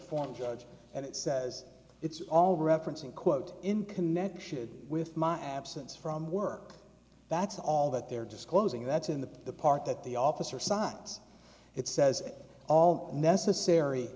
form and it says it's all referencing quote in connection with my absence from work that's all that they're disclosing that's in the part that the officer signs it says all necessary